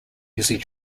easily